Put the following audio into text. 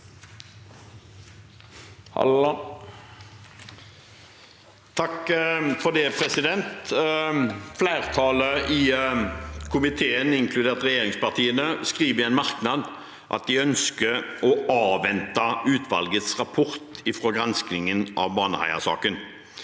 (FrP) Flertallet i komi- teen, inkludert regjeringspartiene, skriver i en merknad at de ønsker å avvente utvalgets rapport fra granskingen av Baneheia-saken.